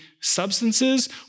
substances